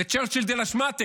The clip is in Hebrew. זה צ'רצ'יל דה לה שמטע.